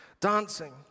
dancing